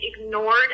ignored